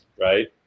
right